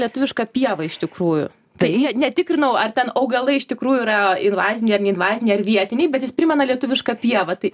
lietuviška pieva ištikrųjų tai ne netikrinau ar ten augalai iš tikrųjų yra invazinė ar neinvazinė ar vietiniai bet jis primena lietuvišką pievą tai